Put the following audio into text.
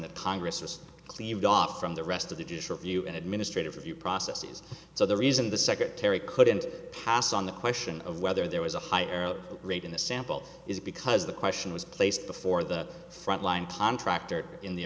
that congress is cleaved off from the rest of the dish review and administrative review processes so the reason the secretary couldn't pass on the question of whether there was a higher rate in the sample is because the question was placed before the frontline contractor in the